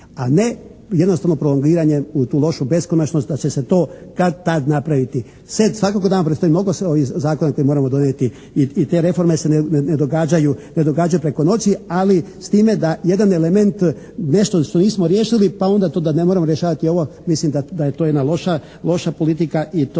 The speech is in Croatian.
a ne jednostavno prolongiranje u tu lošu beskonačnost da će se to kad-tad napraviti. Svakako nama predstoji mnogo ovih zakona koje moramo donijeti i te reforme se ne događaju preko noći, ali s time da jedan element nešto što nismo riješili pa onda to da ne moramo rješavati ovo, mislim da je to jedna loša politika i to